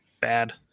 bad